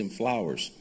flowers